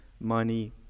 money